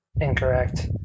incorrect